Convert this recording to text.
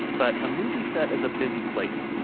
but a movie set is a busy place.